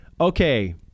okay